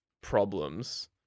problems